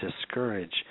discourage